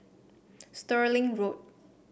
Stirling Road